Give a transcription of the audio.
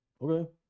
okay